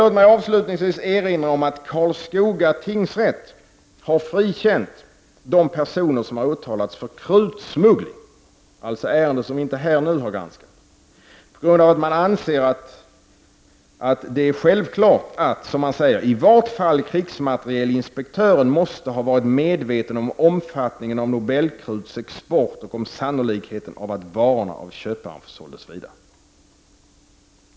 Låt mig avslutningsvis erinra om att Karlskoga tingsrätt frikänt de personer som har åtalats för krutsmuggling — detta ärende har ännu ej granskats — på grund av att man anser det självklart att ”i vart fall krigsmaterielinspektören måste ha varit medveten om omfattningen av Nobelskruts export och om sannolikheten av att varorna av köparen försåldes vidare”.